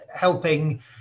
helping